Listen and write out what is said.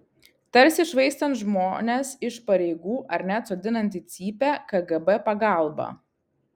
tarsi švaistant žmones iš pareigų ar net sodinant į cypę kgb pagalba